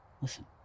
Listen